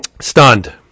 Stunned